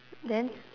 then